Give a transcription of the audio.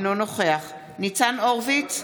אינו נוכח ניצן הורוביץ,